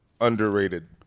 underrated